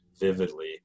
vividly